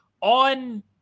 on